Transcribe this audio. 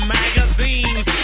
magazines